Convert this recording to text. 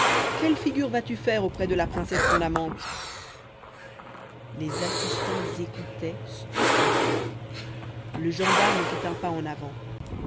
quelle figure vas-tu faire auprès de la princesse ton amante les assistants écoutaient stupéfaits le gendarme fit un pas en avant